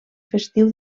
festiu